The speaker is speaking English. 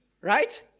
right